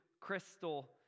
crystal